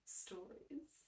stories